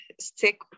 stick